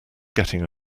getting